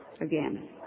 again